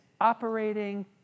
operating